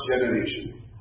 generation